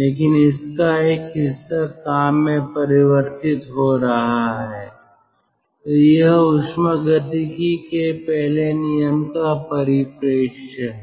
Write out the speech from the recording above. लेकिन इसका एक हिस्सा काम में परिवर्तित हो रहा है तो यह ऊष्मागतिकी के पहले नियम का परिप्रेक्ष्य है